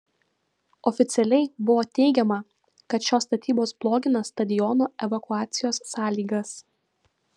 oficialiai buvo teigiama kad šios statybos blogina stadiono evakuacijos sąlygas